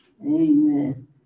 Amen